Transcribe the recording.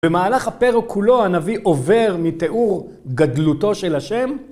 במהלך הפרק כולו הנביא עובר מתיאור גדלותו של השם.